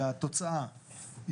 והתוצאה,